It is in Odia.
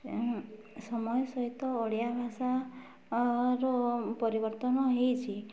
ସମୟ ସହିତ ଓଡ଼ିଆ ଭାଷାର ପରିବର୍ତ୍ତନ ହେଇଛି